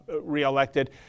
re-elected